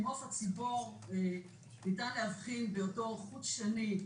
ממעוף הציפור ניתן להבחין באותו חוט שני,